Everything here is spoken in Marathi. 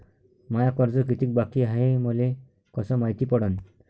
माय कर्ज कितीक बाकी हाय, हे मले कस मायती पडन?